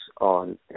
on